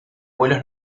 vuelos